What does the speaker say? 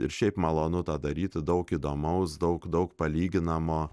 ir šiaip malonu tą daryti daug įdomaus daug daug palyginamo